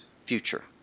future